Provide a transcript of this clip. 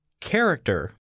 Character